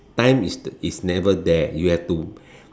time is is never there you have to